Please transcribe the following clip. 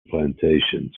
plantations